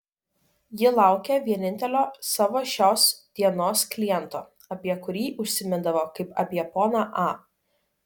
ji laukė vienintelio savo šios dienos kliento apie kurį užsimindavo kaip apie poną a